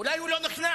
אולי הוא לא נכנע,